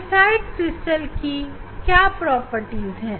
calcite crystal की विशेषता क्या है